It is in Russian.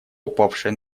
упавшая